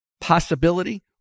possibility